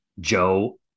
Joe